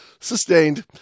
Sustained